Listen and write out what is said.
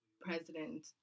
President